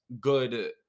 good